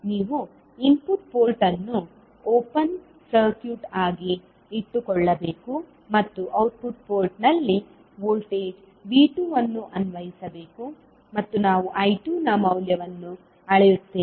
ನೀವು input port ಅನ್ನು open circuit ಆಗಿ ಇಟ್ಟುಕೊಳ್ಳಬೇಕು ಮತ್ತು ಔಟ್ಪುಟ್ ಪೋರ್ಟ್ನಲ್ಲಿ ವೋಲ್ಟೇಜ್ V2 ಅನ್ನು ಅನ್ವಯಿಸಬೇಕು ಮತ್ತು ನಾವು I2 ನ ಮೌಲ್ಯವನ್ನು ಅಳೆಯುತ್ತೇವೆ